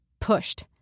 pushed